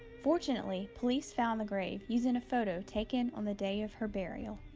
fortunately, police found the grave using a photo taken on the day of her burial.